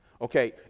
Okay